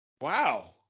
wow